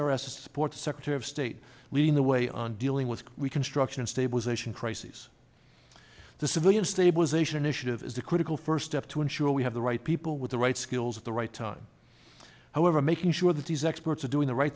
a sports secretary of state leading the way on dealing with construction stabilization crises the civilian stabilization initiative is a critical first step to ensure we have the right people with the right skills the right time however making sure that these experts are doing the right